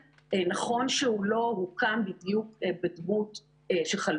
מכיוון שהם נמצאים בקבוצת סיכון ולא יכולים להגיע למפעל